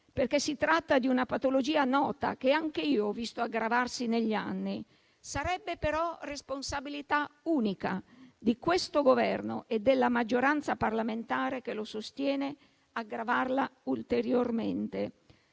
perché si tratta di una patologia nota, che anche io ho visto aggravarsi negli anni. Sarebbe però responsabilità unica, di questo Governo e della maggioranza parlamentare che lo sostiene, aggravarla ulteriormente.